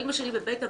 אמא שלי בבית-אבות.